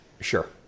Sure